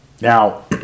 Now